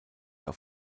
auf